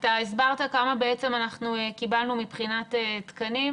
אתה הסברת כמה קיבלנו מבחינת תקנים,